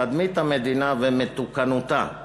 תדמית המדינה ומתוקנותה.